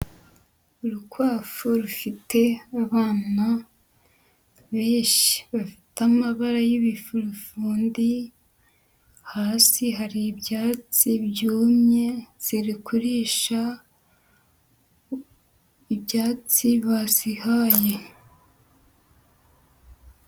Urukwavu rufite abana benshi bafite amabara y'ibifurifundi. Hasi hari ibyatsi byumye ziri kurisha ibyatsi bazihaye.